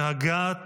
שהגה,